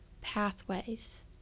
pathways